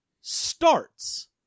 starts